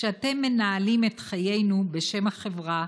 כשאתם מנהלים את חיינו בשם החברה